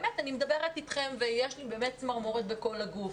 באמת אני מדברת אתכם ויש לי באמת צמרמורת בכל הגוף.